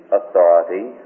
authority